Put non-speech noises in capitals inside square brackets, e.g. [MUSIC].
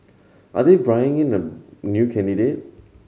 are they [UNINTELLIGIBLE] in a new candidate